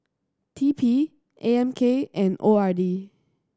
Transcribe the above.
T P A M K and O R D